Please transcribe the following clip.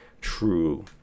true